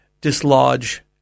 dislodge